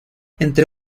entre